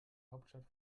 hauptstadt